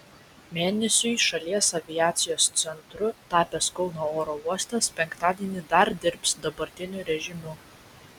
mėnesiui šalies aviacijos centru tapęs kauno oro uostas penktadienį dar dirbs dabartiniu režimu